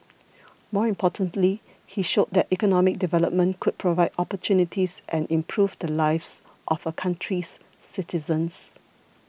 more importantly he showed that economic development could provide opportunities and improve the lives of a country's citizens